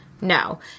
No